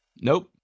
Nope